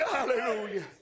Hallelujah